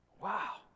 Wow